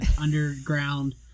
underground